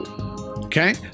Okay